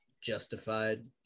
justified